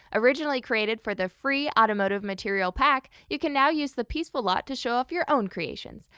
originally created for the free automotive material pack, you can now use the peaceful lot to show off your own creations!